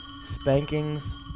spankings